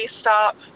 stop